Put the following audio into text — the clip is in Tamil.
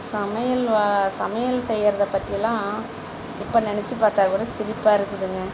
சமையல் வா சமையல் செய்கிறத பற்றிலாம் இப்போ நினச்சி பார்த்தாக்கூட சிரிப்பா இருக்குதுங்க